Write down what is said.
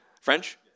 French